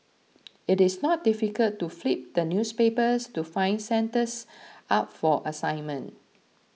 it is not difficult to flip the newspapers to find centres up for assignment